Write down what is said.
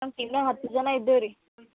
ನಮ್ಮ ಟೀಮ್ನಾಗ್ ಹತ್ತು ಜನ ಇದ್ದೇವೆ ರೀ